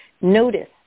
Notice